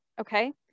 Okay